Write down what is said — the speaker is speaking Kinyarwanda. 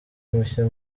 mushya